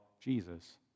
Jesus